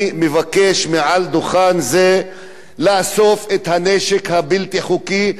אני מבקש מעל דוכן זה לאסוף את הנשק הבלתי-חוקי,